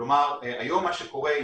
כלומר היום מה שקורה,